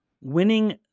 winning